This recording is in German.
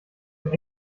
mir